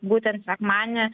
būtent sekmadienį